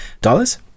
dollars